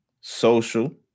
social